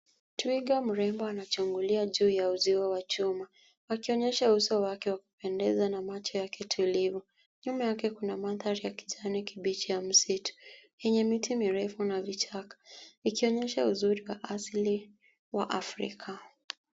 Twiga mrembo anachungulia juu ya uziwa wa chuma, akionyesha uso wake wa kupendeza na macho yake tulivu. Nyuma yake kuna mandhari ya kijani kibichi ya misitu, yenye miti mirefu na vichaka ikionyesha uzuri wa asili wa Afrika.